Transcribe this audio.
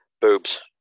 Boobs